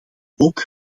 ook